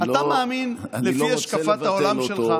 אתה מאמין לפי השקפת העולם שלך,